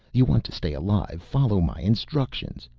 you want to stay alive follow my instructions.